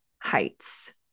heights